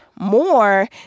more